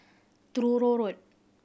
Truro Road